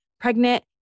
pregnant